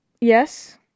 Yes